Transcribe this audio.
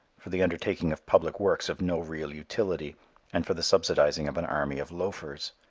for the undertaking of public works of no real utility and for the subsidizing of an army of loafers.